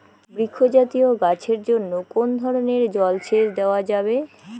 বৃক্ষ জাতীয় গাছের জন্য কোন ধরণের জল সেচ দেওয়া যাবে?